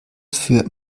für